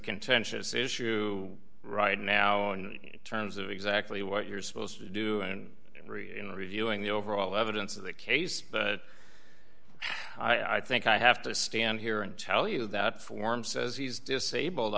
contentious issue right now in terms of exactly what you're supposed to do and in reviewing the overall evidence of the case but i think i have to stand here and tell you that form says he's disabled